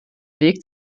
weg